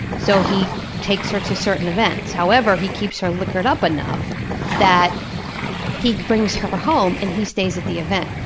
so he takes her to certain events however, he keeps her liquored up enough that he brings her home and he stays at the event.